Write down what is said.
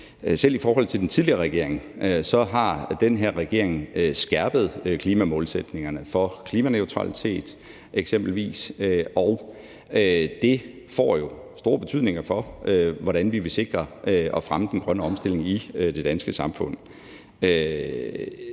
Selv i forhold til den tidligere regering har den her regering skærpet klimamålsætningerne for eksempelvis klimaneutralitet, og det får jo stor betydning for, hvordan vi vil sikre at fremme den grønne omstilling i det danske samfund.